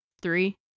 Three